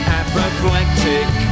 apoplectic